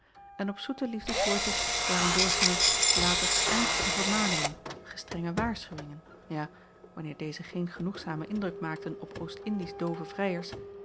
en op zoete liefdewoordjes waren doorgaans later ernstige vermaningen gestrenge waarschuwingen ja wanneer deze geen genoegzamen indruk maakten op oostindisch doove vrijers